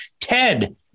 ted